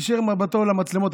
הישיר מבטו למצלמות,